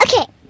Okay